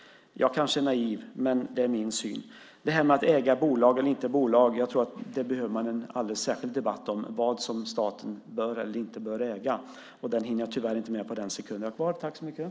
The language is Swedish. Jag kanske är naiv, men det är min syn. Sedan gällde det detta med att äga bolag eller att inte äga bolag. Jag tror att man behöver en särskild debatt om vad staten bör äga eller inte bör äga. Den hinner jag tyvärr inte med på den sekund som jag har kvar.